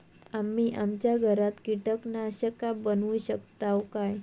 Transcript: आम्ही आमच्या घरात कीटकनाशका बनवू शकताव काय?